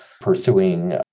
pursuing